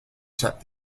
set